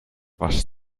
was